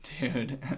Dude